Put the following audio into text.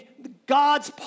God's